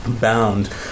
bound